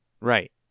Right